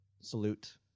salute